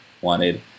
wanted